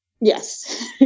Yes